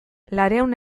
laurehun